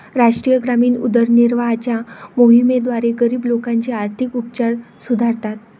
राष्ट्रीय ग्रामीण उदरनिर्वाहाच्या मोहिमेद्वारे, गरीब लोकांचे आर्थिक उपचार सुधारतात